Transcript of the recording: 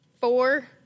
four